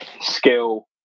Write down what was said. skill